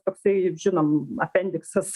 toksai žinom apendiksas